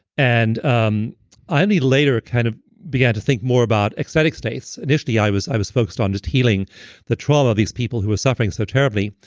and um i only later kind of began to think more about excited states. initially i was i was focused on just healing the trauma of these people who were suffering so terribly.